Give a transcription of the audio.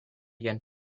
again